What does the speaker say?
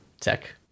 tech